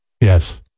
Yes